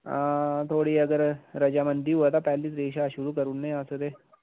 हां थोआड़ी अगर रजामंदी होए तां पैह्ली तरीक शा शुरू करी ओड़नेआं अस ते